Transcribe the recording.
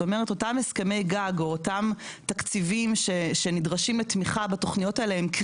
אותם הסכמי גג או אותם תקציבים שנדרשים לתמיכה בתוכניות האלה,